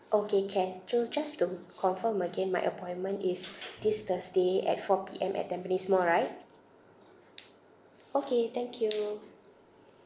okay can so just to confirm again my appointment is this thursday at four P_M at tampines mall right okay thank you